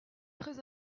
très